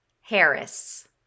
Harris